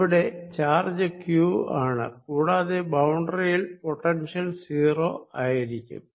ഇവിടെ charge q ആണ് കൂടാതെ ബൌണ്ടറിയിൽ പൊട്ടൻഷ്യൽ 0 ആയിരിക്കണം